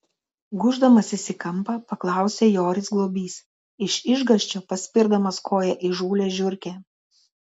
gūždamasis į kampą paklausė joris globys iš išgąsčio paspirdamas koja įžūlią žiurkę